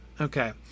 Okay